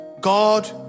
God